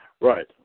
Right